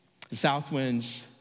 Southwinds